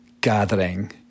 gathering